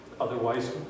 Otherwise